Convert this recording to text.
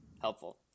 helpful